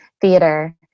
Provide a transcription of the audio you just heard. theater